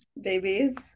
babies